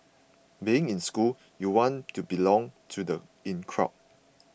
being in school you want to belong to the in crowd